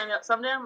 someday